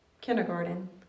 Kindergarten